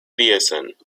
thiessen